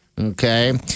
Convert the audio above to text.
Okay